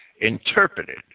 interpreted